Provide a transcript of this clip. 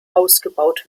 ausgebaut